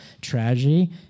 tragedy